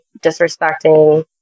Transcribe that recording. disrespecting